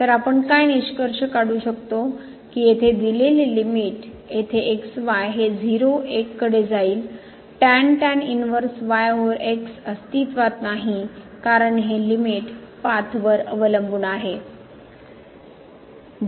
तर आपण काय निष्कर्ष काढू शकतो की येथे दिलेले लिमिट येथे x y हे कडे जाईल इनव्हर्स y ओव्हर x अस्तित्वात नाही कारण हे लिमिट पाथ वर अवलंबून आहे